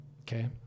Okay